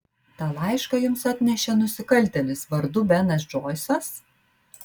tą laišką jums atnešė nusikaltėlis vardu benas džoisas